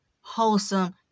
wholesome